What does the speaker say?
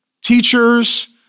teachers